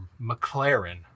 mclaren